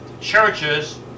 churches